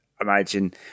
imagine